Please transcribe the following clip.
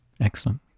Excellent